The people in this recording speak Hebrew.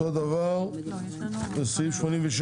אותו דבר לסעיף 86